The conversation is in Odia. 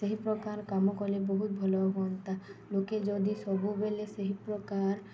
ସେହିପକାର କାମ କଲେ ବହୁତ ଭଲ ହୁଅନ୍ତା ଲୋକେ ଯଦି ସବୁବେଲେ ସେହି ପ୍ରକାର